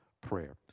prayer